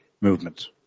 movement